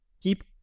keep